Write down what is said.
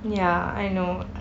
ya I know